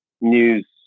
news